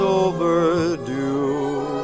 overdue